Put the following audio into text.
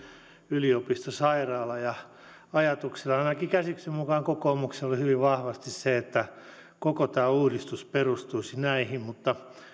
yliopistosairaala ajatuksena ainakin käsitykseni mukaan kokoomuksella oli hyvin vahvasti se että koko tämä uudistus perustuisi näihin mutta